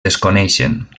desconeixen